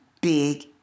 Big